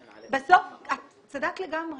בסוף, את צדקת לגמרי